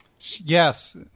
Yes